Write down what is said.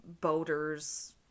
boaters